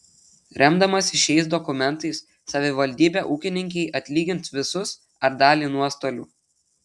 remdamasi šiais dokumentais savivaldybė ūkininkei atlygins visus ar dalį nuostolių